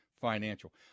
Financial